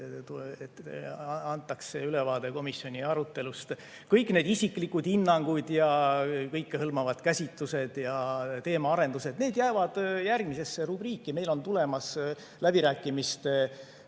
antakse ülevaade komisjoni arutelust. Kõik need isiklikud hinnangud ja kõikehõlmavad käsitlused ja teemaarendused jäävad järgmisesse rubriiki. Meil on tulemas läbirääkimiste